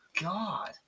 God